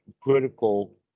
critical